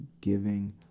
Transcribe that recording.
giving